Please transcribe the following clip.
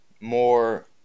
more